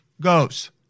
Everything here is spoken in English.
goes